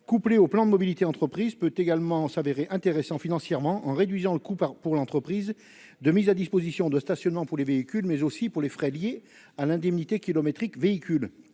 couplé au plan de mobilité entreprise peut également s'avérer intéressant financièrement en réduisant le coût par pour l'entreprise de mise à disposition de stationnement pour les véhicules mais aussi pour les frais liés à l'indemnité kilométrique véhicules